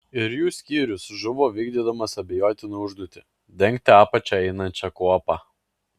ir jų skyrius žuvo vykdydamas abejotiną užduotį dengti apačia einančią kuopą